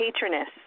patroness